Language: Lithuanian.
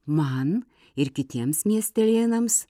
man ir kitiems miestelėnams